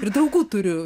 ir draugų turiu